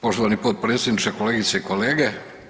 Poštovani potpredsjedniče, kolegice i kolege.